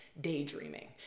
daydreaming